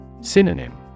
Synonym